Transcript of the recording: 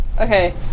Okay